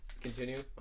Continue